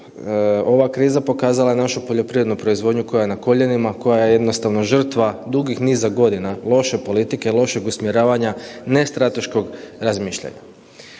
Ova kriza pokazala je našu poljoprivrednu proizvodnju koja je na koljenima, koja je jednostavno žrtva dugih niza godina loše politike, lošeg usmjeravanja, nestrateškog razmišljanja.